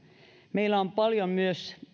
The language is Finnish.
meillä on paljon myös